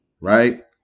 right